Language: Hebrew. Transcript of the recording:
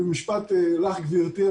משפט לך גברתי,